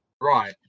Right